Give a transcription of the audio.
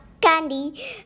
candy